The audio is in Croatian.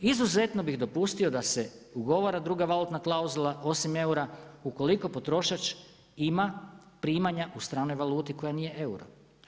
Izuzetno bih dopustio da se ugovara druga valutna klauzula osim eura ukoliko potrošač ima primanja u stranoj valuti koja nije euro.